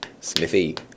Smithy